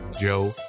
Joe